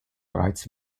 bereits